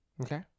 Okay